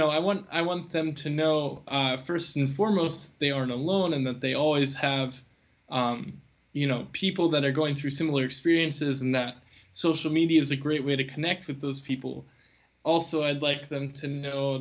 know i want i want them to know first and foremost they are not alone in that they always have you know people that are going through similar experiences and that social media is a great way to connect with those people also i'd like them to know